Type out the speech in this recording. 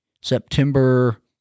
September